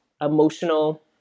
emotional